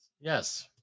Yes